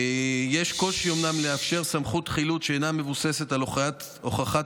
אומנם יש קושי לאפשר סמכות חילוט שאינה מבוססת על הוכחת